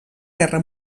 guerra